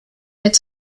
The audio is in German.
mit